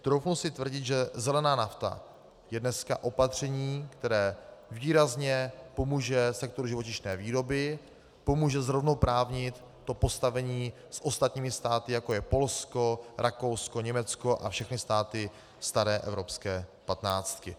Troufnu si tvrdit, že zelená nafta je dneska opatření, které výrazně pomůže sektoru živočišné výroby, pomůže zrovnoprávnit to postavení s ostatními státy, jako je Polsko, Rakousko, Německo a všechny státy staré evropské patnáctky.